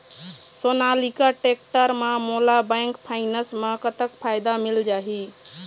Sonalika tractor म मोला bank finance म कतक फायदा मिल जाही?